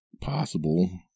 possible